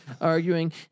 arguing